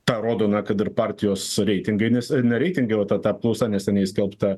tą rodo na kad ir partijos reitingai nes ne reitingai o ta ta apklausa neseniai skelbta